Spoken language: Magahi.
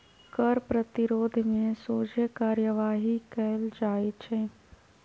कर प्रतिरोध में सोझे कार्यवाही कएल जाइ छइ